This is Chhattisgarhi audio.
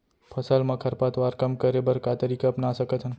फसल मा खरपतवार कम करे बर का तरीका अपना सकत हन?